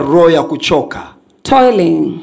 Toiling